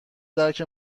درک